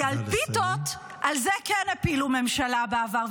כי על פיתות, על זה כן הפילו ממשלה בעבר.